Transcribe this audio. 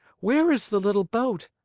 where is the little boat?